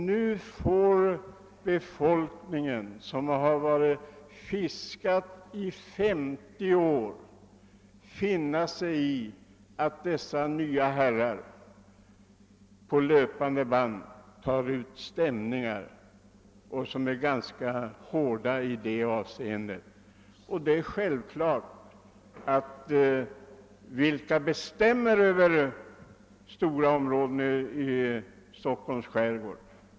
Den befolkning som har fiskat här i 50 års tid får nu finna sig i att dessa nya herrar, som är ganska hårda, tar ut stämning på löpande band. Vilka är det som bestämmer Över stora områden i Stockholms skärgård?